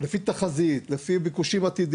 זה לא חישוב שלי, ככה מחשבים עצמאות